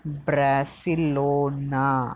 Barcelona